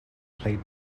played